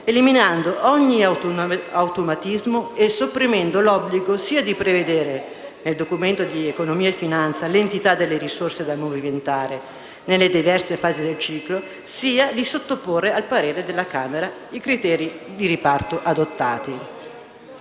eliminando ogni automatismo e sopprimendo l'obbligo sia di prevedere nel Documento di economia e finanza l'entità delle risorse da movimentare nelle diverse fasi del ciclo, sia di sottoporre al parere della Camera i criteri di riparto adottati.